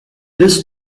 this